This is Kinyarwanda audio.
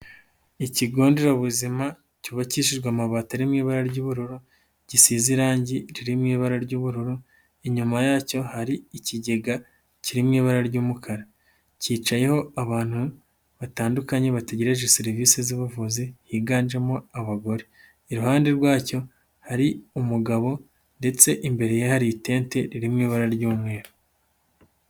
Ikigo nderabuzima, cyubakishijwe n'amabati ari mu ibara ry'ubururu, gisize irangi riri mu ibara ry'ubururu, inyuma yacyo hari ikigega kiri mu ibara ry'umukara, kicayeho abantu batandukanye, bategereje serivisi z'ubuvuzi, higanjemo abagore. Iruhande rwacyo hari umugabo ndetse imbere ye hari itente ririmo ibara ry'umweru.